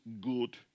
good